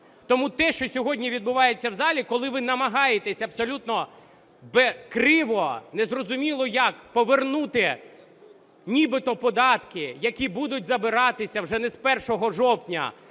Тому те, що сьогодні відбувається в залі, коли ви намагаєтеся абсолютно криво, незрозуміло як повернути нібито податки, які будуть забиратися вже не з 1 жовтня,